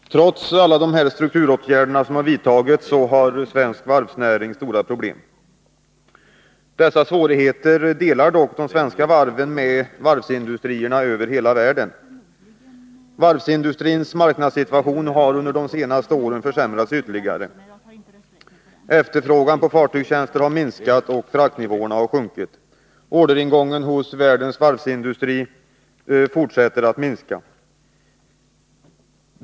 Trots de strukturåtgärder som vidtagits har svensk varvsnäring stora problem. Dessa svårigheter delar dock de svenska varven med varvsindustrierna över hela världen. Varvsindustrins marknadssituation har under de senaste åren försämrats ytterligare. Efterfrågan på fartygstjänster har minskat, och fraktnivåerna har sjunkit. Orderingången hos världens varvsindustri fortsätter att minska.